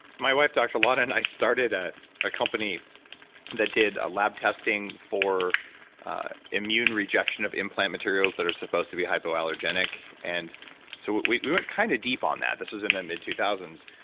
my wife, doctor lana, and i started ah a company that did a lab testing for immune rejection of implant materials that are supposed to be hypoallergenic, and so we we went kind of deep on that. this was in the mid two thousand